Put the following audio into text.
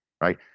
right